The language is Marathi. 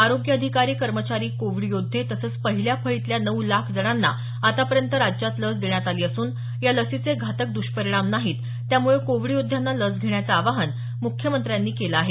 आरोग्य अधिकारी कर्मचारी कोविड योद्धे तसंच पहिल्या फळीतल्या नऊ लाख जणांना आतापर्यंत राज्यात लस देण्यात आली असून या लसीचे घातक द्ष्परिणाम नाहीत त्यामुळे कोविड योद्ध्यांना लस घेण्याचं आवाहन मुख्यमंत्र्यांनी केलं आहे